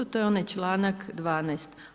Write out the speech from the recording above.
To je onaj članak 12.